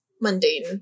mundane